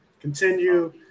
Continue